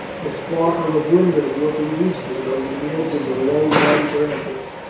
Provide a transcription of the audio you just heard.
the sparkle of windows looking eastwards over the edge of the low white ramparts,